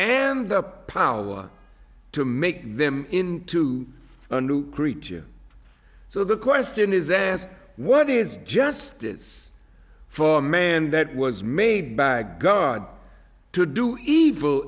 and the power to make them into a new creature so the question is asked what is justice for a man that was made by god to do evil